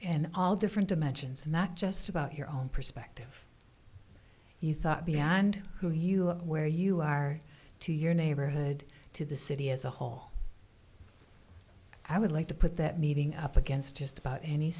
and all different dimensions not just about your own perspective you thought beyond who you are where you are to your neighborhood to the city as a whole i would like to put that meeting up against just about any